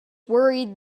worried